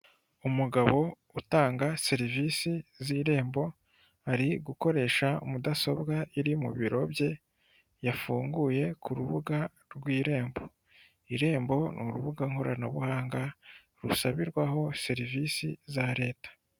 Umugabo utanga serivisi z'irembo ari gukoresha mudasobwa iri mu biro bye yafunguye ku rubuga rw'irembo irembo ni urubuga nkoranabuhanga rusabirwaho serivisi za leta.